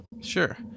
Sure